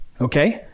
okay